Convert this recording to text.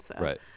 Right